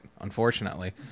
unfortunately